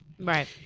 Right